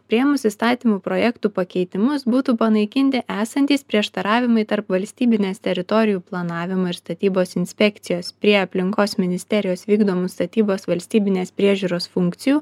priėmus įstatymų projektų pakeitimus būtų panaikinti esantys prieštaravimai tarp valstybinės teritorijų planavimo ir statybos inspekcijos prie aplinkos ministerijos vykdomų statybos valstybinės priežiūros funkcijų